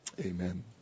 Amen